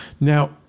Now